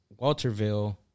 Walterville